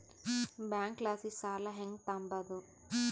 ಬ್ಯಾಂಕಲಾಸಿ ಸಾಲ ಹೆಂಗ್ ತಾಂಬದು?